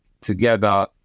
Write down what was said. together